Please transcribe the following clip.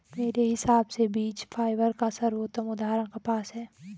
मेरे हिसाब से बीज फाइबर का सर्वोत्तम उदाहरण कपास है